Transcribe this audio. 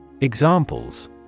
Examples